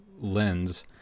lens